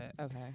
Okay